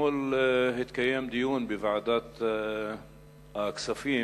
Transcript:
אתמול התקיים דיון בוועדת הכספים,